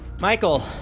Michael